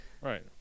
Right